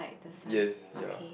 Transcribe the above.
yes ya